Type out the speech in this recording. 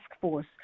Force